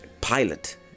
Pilot